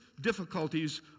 difficulties